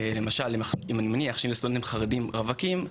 אני מניח שאם אלו סטודנטים חרדים רווקים,